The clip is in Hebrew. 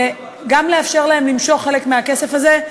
וגם לאפשר להם למשוך חלק מהכסף הזה,